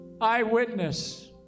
eyewitness